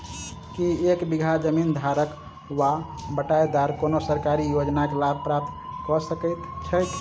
की एक बीघा जमीन धारक वा बटाईदार कोनों सरकारी योजनाक लाभ प्राप्त कऽ सकैत छैक?